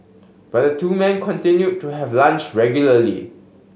but the two men continue to have lunch regularly